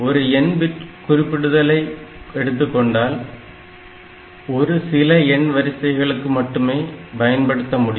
ஒரு n bit குறிப்பிடுதலை எடுத்துக்கொண்டால் ஒரு சில எண் வரிசைகளுக்கு மட்டுமே பயன்படுத்த முடியும்